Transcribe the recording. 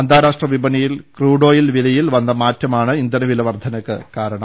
അന്താരാഷ്ട്ര വിപണിയിൽ ക്രൂഡോയിൽ വില യിൽ വന്ന മാറ്റമാണ് ഇന്ധനവില വർദ്ധനയ്ക്ക് കാര ണം